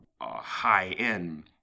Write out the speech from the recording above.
high-end